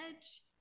edge